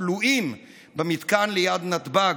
כלואים במתקן ליד נתב"ג.